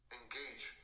engage